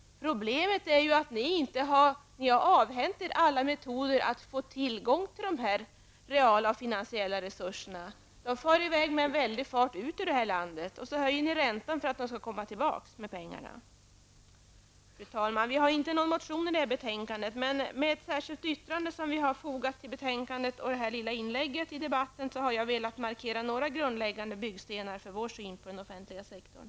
Problemet är att ni har avhänt er alla metoder att få tillgång till de reala och finansiella resurserna. De far i väg med stor fart ut ur landet. Sedan höjs räntan för att pengarna skall komma tillbaka. Fru talman! Vi har ingen motion till det här betänkandet. Med ett särskilt yttrande som vi har fogat till betänkandet och det här lilla inlägget i debatten har jag velat markera några grundläggande byggstenar i vår syn på den offentliga sektorn.